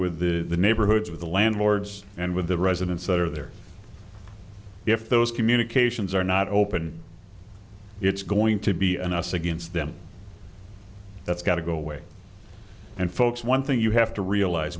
with the neighborhoods with the landlords and with the residents that are there if those communications are not open it's going to be an us against them that's got to go away and folks one thing you have to realize